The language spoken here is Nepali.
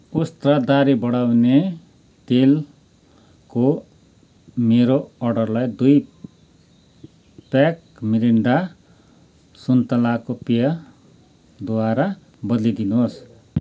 उस्त्रा दाह्री बढाउने तेलको मेरो अर्डरलाई दुई प्याक मिरिन्डा सुन्तलाको पेयद्वारा बद्लिदिनुहोस्